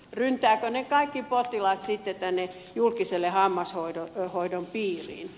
ryntäävätkö ne kaikki potilaat sitten julkisen hammashoidon piiriin